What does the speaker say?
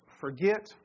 forget